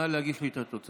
נא להגיש לי את התוצאות.